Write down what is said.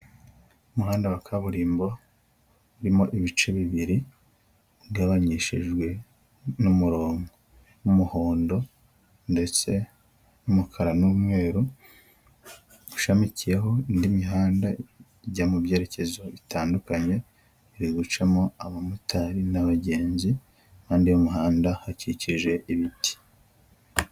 Umuhanda wa kaburimbo urimo ibice bibiri bigabanishijwe n'umurongo w'umuhondo ndetse n'umukara n'umweru, ushamikiyeho indi mihanda ijya mu byerekezo bitandukanye, iri gucamo abamotari n'abagenzi, impande y'umuhanda hakikije ibiti.